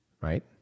right